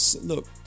Look